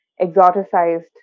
exoticized